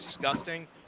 disgusting